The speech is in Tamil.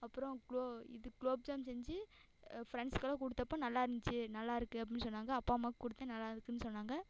அப்பறம் குலோ இது குலோப் ஜாம் செஞ்சு ஃப்ரெண்ட்ஸ்கெல்லாம் கொடுத்தப்ப நல்லாருந்துச்சி நல்லாயிருக்கு அப்படின்னு சொன்னாங்கள்அப்பா அம்மாவுக்கு கொடுத்தேன் நல்லாயிருக்குன்னு சொன்னாங்கள்